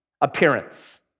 appearance